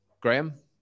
Graham